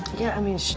yeah, i mean,